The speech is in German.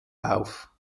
auf